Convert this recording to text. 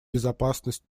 безопасность